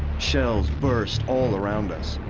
shells burst all around us.